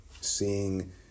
seeing